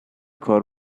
کار